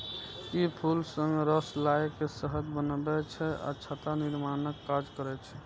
ई फूल सं रस लए के शहद बनबै छै आ छत्ता निर्माणक काज करै छै